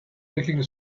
clicking